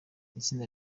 itsinda